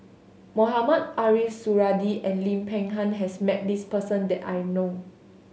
Mohamed Ariff Suradi and Lim Peng Han has met this person that I know of